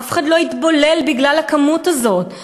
אף אחד לא יתבולל בגלל הכמות הזאת.